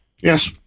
yes